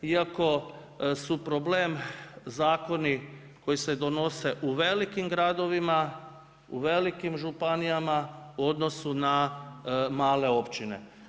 Iako su problem zakoni koji se donose u velikim gradovima, u velikim županijama u odnosu na male općine.